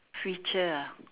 feature ah